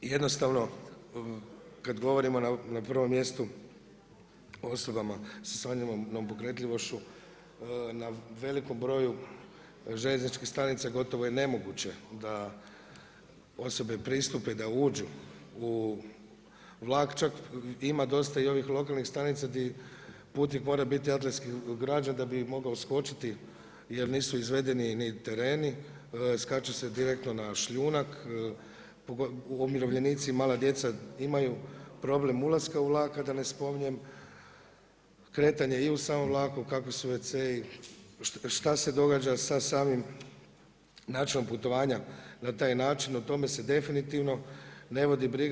Jednostavno kada govorimo na prvom mjestu osoba sa smanjenom pokretljivošću na velikom broju željezničkih stanica gotovo je nemoguće da osobe pristupe, da uđu u vlak, čak ima dosta i ovih lokalnih stanica gdje putnik mora biti atletske građe da bi mogao skočiti jel nisu izvedeni ni tereni, skače se direktno na šljunak, umirovljenici i mala djeca imaju problem ulaska u vlak, a da ne spominjem kretanje i u samom vlaku, kakvi su wc-i, šta se događa sa samim načinom putovanja na taj način se o tome definitivno ne vodi briga.